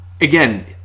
Again